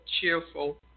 cheerful